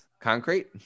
Concrete